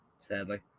Sadly